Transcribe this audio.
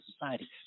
society